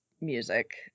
music